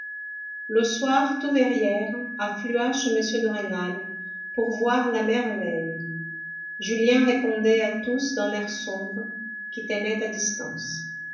le soir tout verrières afflua chez m de rênal pour voir la merveille julien répondait à tous d'un air sombre qui tenait à distance